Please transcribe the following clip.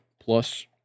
plus